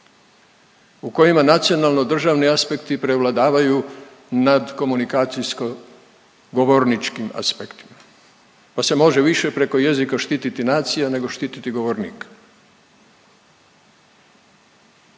U kojima nacionalno državni aspekti prevladavaju nad komunikacijsko govorničkim aspektom. Pa se može više preko jezika štiti nacija nego štiti govornika.